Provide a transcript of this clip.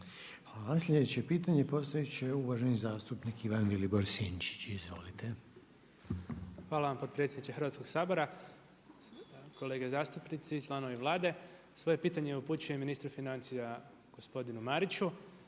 Sljedeće pitanje postavit će uvaženi zastupnik Ivan Vilibor Sinčić. Izvolite. **Sinčić, Ivan Vilibor (Živi zid)** Hvala vam potpredsjedniče Hrvatskog sabora. Kolege zastupnici, članovi Vlade. Svoje pitanje upućujem ministru financija gospodinu Mariću.